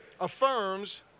affirms